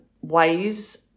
ways